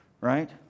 right